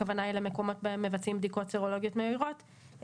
הכוונה היא למקומות בהם מבצעים בדיקות סרולוגיות מהירות,